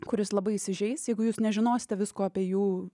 kuris labai įsižeis jeigu jūs nežinosite visko apie jų